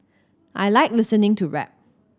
I like listening to rap